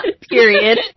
Period